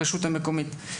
ברשות המקומית?